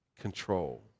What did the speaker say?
control